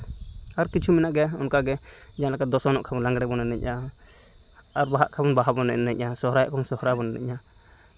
ᱟᱨ ᱠᱤᱪᱷᱩ ᱢᱮᱱᱟᱜ ᱜᱮᱭᱟ ᱚᱱᱠᱟᱜᱮ ᱡᱟᱦᱟᱸ ᱞᱮᱠᱟ ᱫᱚᱥᱚᱱᱚᱜ ᱠᱷᱟᱱ ᱞᱟᱸᱜᱽᱲᱮ ᱵᱚᱱ ᱮᱱᱮᱡᱼᱟ ᱟᱨ ᱵᱟᱦᱟᱜ ᱠᱷᱟᱱ ᱵᱚᱱ ᱵᱟᱦᱟ ᱵᱚᱱ ᱮᱱᱮᱡᱼᱟ ᱥᱚᱦᱨᱟᱭᱚᱜ ᱠᱷᱟᱱ ᱥᱚᱦᱨᱟᱭ ᱵᱚᱱ ᱮᱱᱮᱡᱟ